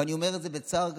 ואני אומר את זה בצער גדול.